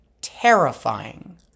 terrifying